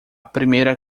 primeira